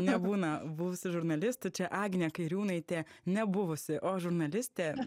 nebūna buvusių žurnalistų čia agnė kairiūnaitė nebuvusi o žurnalistė